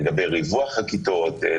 לגבי ריווח הכיתות,